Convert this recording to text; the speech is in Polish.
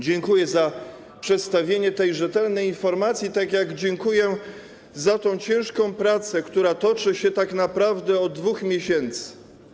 Dziękuję za przedstawienie tej rzetelnej informacji, tak jak dziękuje za tę ciężką pracę, która toczy się tak naprawdę od 2 miesięcy.